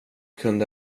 kunde